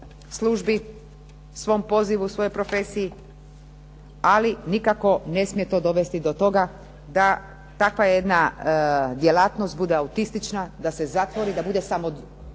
službi, svom pozivu, svojoj profesiji, ali nikako to ne smije dovesti do toga da takva jedna djelatnost bude autistična, da se zatvori da bude samozadovoljna